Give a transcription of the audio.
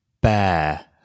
Bear